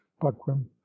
buckram